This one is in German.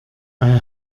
weil